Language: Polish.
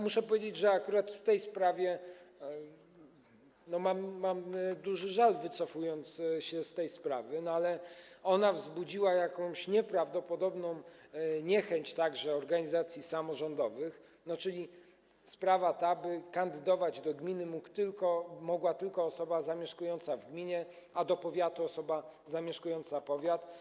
Muszę powiedzieć, że akurat w tej sprawie mam duży żal, wycofując się z tej sprawy, ale ona wzbudziła jakąś nieprawdopodobną niechęć także organizacji samorządowych, czyli to jest taka sprawa, by kandydować do gminy mogła tylko osoba zamieszkująca w gminie, a do powiatu - osoba zamieszkująca powiat.